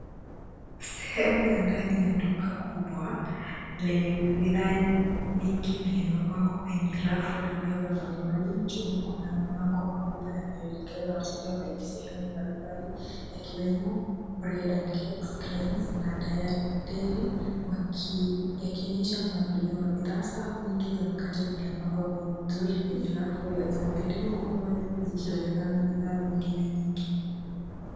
Sehemu ya ndani ya duka kubwa, lenye bidhaa vingi vilivyopangwa kwenye rafu na meza mbalimbali. Juu kuna mabango makubwa yanayoelekeza wateja kwenye sehemu mbalimbali, yakiwemo bread and cakes , greens na dairy , yakionyesha mpangilio wa bidhaa. Safu nyingi za mkate zimepangwa vizuri kwenye rafu za mbele, huku nyuma zikionekana bidhaa zingine nyingi.